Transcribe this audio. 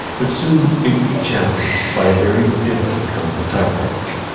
but soon it would be challenged by a very different kind of typeface,